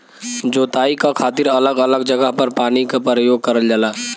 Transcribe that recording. जोताई क खातिर अलग अलग जगह पर पानी क परयोग करल जाला